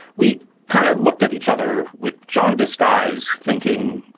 we kind of looked at each other with jaundiced eyes, thinking,